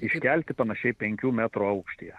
iškelti panašiai penkių metrų aukštyje